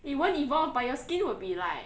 it won't evolve but your skin will be like